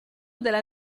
della